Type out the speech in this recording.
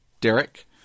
Derek